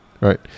Right